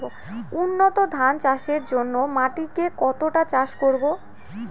উন্নত ধান চাষের জন্য মাটিকে কতটা চাষ করব?